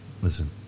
listen